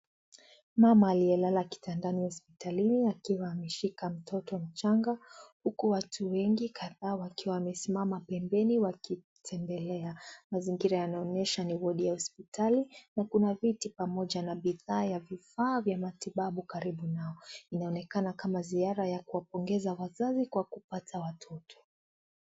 Mama aliolala kitandani hospitalini akiwa ameshika mtoto mchanga. Huku watu wengi kadhaa wakiwa wamesimama pembeni wakimtembelea. Mazingira yanaonyesha ni wodi ya hospitali, na kuna viti pamoja na bidhaa ya vifaa vya matibabu karibu nao. Inaonekana kama ziara ya kuwapongeza wazizi kwa kupata watoto.